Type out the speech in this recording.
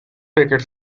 decade